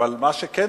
אבל מה שכן,